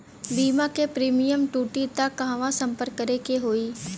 बीमा क प्रीमियम टूटी त कहवा सम्पर्क करें के होई?